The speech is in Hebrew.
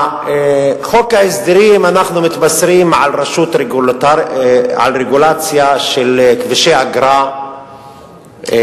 בחוק ההסדרים אנחנו מתבשרים על רגולציה של כבישי אגרה נוספים,